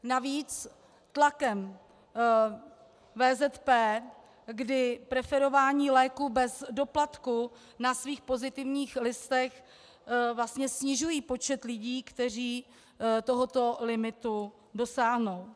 Navíc tlakem VZP, kdy preferování léků bez doplatku na svých pozitivních listech vlastně snižují počet lidí, kteří tohoto limitu dosáhnou.